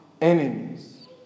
enemies